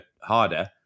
harder